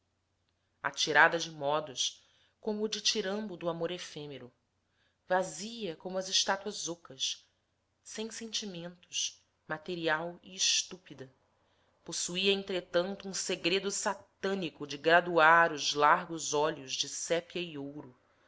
atirada de modos como o ditirambo do amor efêmero vazia como as estátuas ocas sem sentimentos material e estúpida possuía entretanto um segredo satânico de graduar os largos olhos de sépia e ouro